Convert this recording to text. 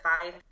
five